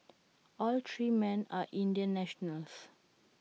all three men are Indian nationals